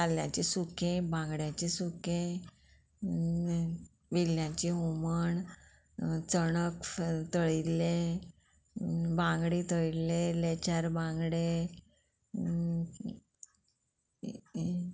ताल्ल्याचें सुकें बांगड्याचें सुकें वेल्ल्याचें हुमण चणक तळिल्लें बांगडे तळिल्ले लेचार बांगडे